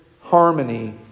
harmony